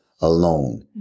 alone